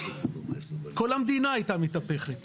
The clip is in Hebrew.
כל המדינה היתה מתהפכת.